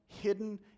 hidden